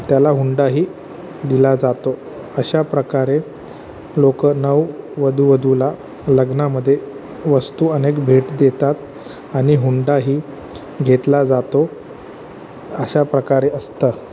त्याला हुंडाही दिला जातो अशा प्रकारे लोकं नववधू वधूला लग्नामध्ये वस्तू अनेक भेट देतात आणि हुंडाही घेतला जातो अशा प्रकारे असतं